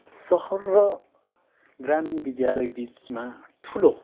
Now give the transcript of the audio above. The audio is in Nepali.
सहर र ग्रामीण विद्यालय बिचमा ठुलो